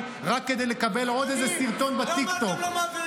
אני שאלתי אם תצביע.